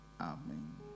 Amen